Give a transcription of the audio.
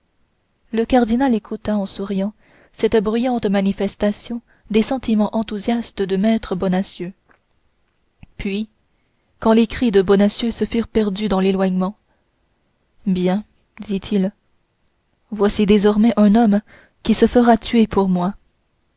le cardinal écouta en souriant cette brillante manifestation des sentiments enthousiastes de maître bonacieux puis quand les cris de bonacieux se furent perdus dans l'éloignement bien dit-il voici désormais un homme qui se fera tuer pour moi